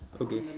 okay